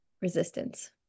resistance